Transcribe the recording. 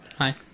Hi